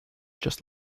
just